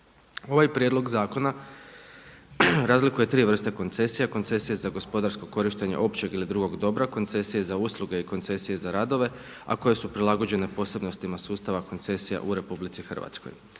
Ovaj prijedlog zakona razlikuje tri vrste koncesija, koncesija za gospodarsko korištenje općeg ili drugog dobra, koncesije za usluge i koncesije za radove, a koje su prilagođene posebnostima sustava koncesija u RH.